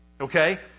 Okay